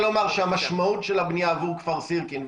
להגיד שהמשמעות של הבנייה עבור כפר סירקין,